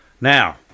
Now